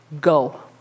go